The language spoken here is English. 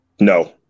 No